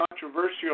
controversial